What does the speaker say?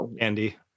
Andy